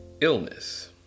illness